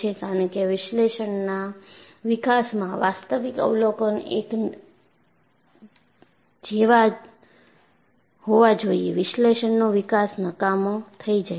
કારણ કે વિશ્લેષણના વિકાસમાં વાસ્તવિક અવલોકન એક જેવા હોવા જોઈએ વિશ્લેષણનો વિકાસ નકામો થઈ જાય છે